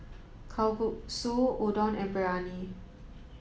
Kalguksu Udon and Biryani